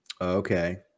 Okay